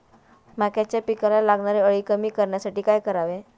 मक्याच्या पिकाला लागणारी अळी कमी करण्यासाठी काय करावे?